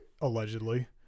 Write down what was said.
allegedly